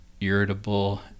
irritable